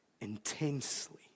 intensely